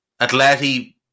Atleti